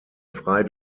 frei